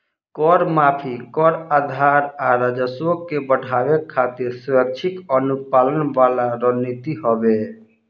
कर माफी, कर आधार आ राजस्व के बढ़ावे खातिर स्वैक्षिक अनुपालन वाला रणनीति हवे